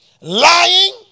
Lying